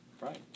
Right